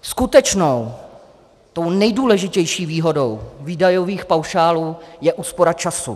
Skutečnou, tou nejdůležitější výhodou výdajových paušálů, je úspora času.